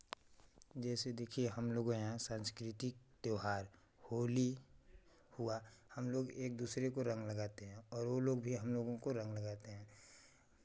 जैसे देखिए हम लोग यहाँ सांस्कृतिक त्योहार होली हुआ हम लोग एक दूसरे को रंग लगाते हैं और वो लोग भी हम लोग को रंग लगाते हैं